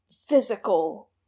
physical